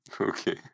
Okay